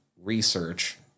research